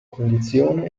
condizione